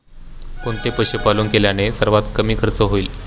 कोणते पशुपालन केल्याने सर्वात कमी खर्च होईल?